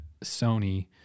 Sony